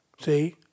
See